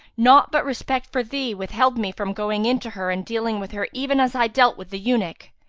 naught but respect for thee withheld me from going in to her and dealing with her even as i dealt with the eunuch!